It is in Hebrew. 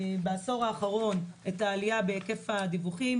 בעשור האחרון אנחנו רואים את העלייה בהיקף הדיווחים,